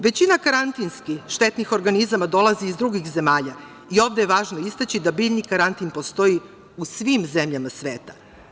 Većina karantinski štetnih organizama dolazi iz drugih zemalja i ovde je važno istaći da biljni karantin postoji u svim zemljama sveta.